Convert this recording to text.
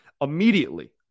immediately